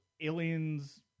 aliens